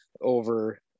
over